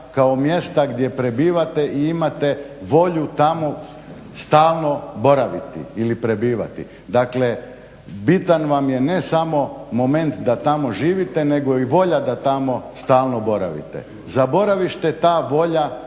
Za boravište ta volja